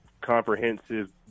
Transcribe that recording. comprehensive